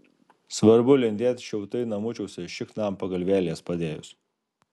svarbu lindėt šiltai namučiuose šikną ant pagalvėlės padėjus